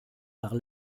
par